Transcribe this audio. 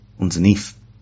underneath